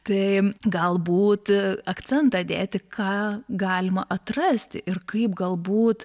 tai galbūt akcentą dėti ką galima atrasti ir kaip galbūt